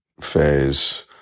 phase